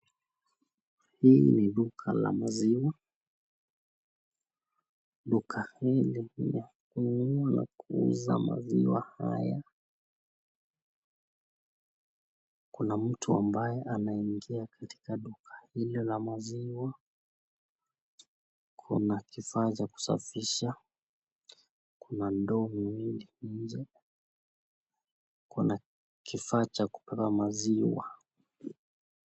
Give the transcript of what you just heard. Hii ni duka la maziwa. Duka hili ni la kuuza maziwa haya. Kuna mtu ambaye ameingia katika duka hili la maziwa, kuna kifaa cha kusafisha, kuna ndoo mbili nje, kuna kifaa cha kutoa maziwa.